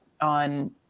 on